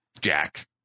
Jack